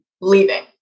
leaving